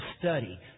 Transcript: study